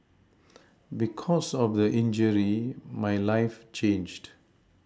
because of the injury my life changed